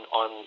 on